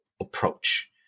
approach